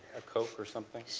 a coke or something?